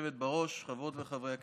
בראש, חברות וחברי הכנסת,